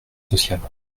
sociales